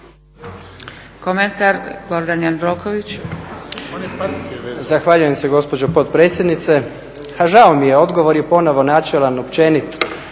Gordan (HDZ)** Zahvaljujem se gospođo potpredsjednice. Žao mi je, odgovor je ponovo načelan, općenit,